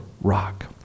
rock